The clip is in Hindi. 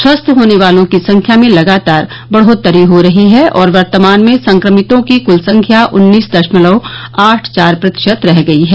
स्वस्थ होने वालों की संख्या में लगातार बढ़ोतरी हो रही है और वर्तमान में संक्रमितों की कुल संख्या उन्नीस दशमलव आठ चार प्रतिशत रह गई हैं